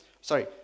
sorry